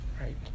right